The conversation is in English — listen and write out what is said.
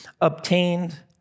obtained